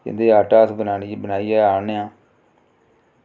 जिं'दे ई आटा अस बनाइयै आह्नने आं